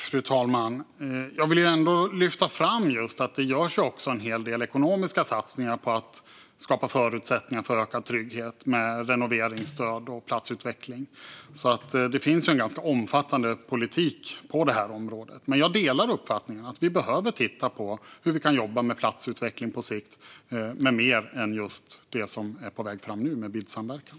Fru talman! Jag vill ändå lyfta fram att det görs en hel del ekonomiska satsningar på att skapa förutsättningar för ökad trygghet med hjälp av renoveringsstöd och platsutveckling. Det finns en omfattande politik på området. Jag delar uppfattningen att vi behöver titta på hur vi kan jobba med platsutveckling på sikt med mer än just det som är på väg fram nu med BID-samverkan.